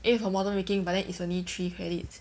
A for model making but then it's only three credits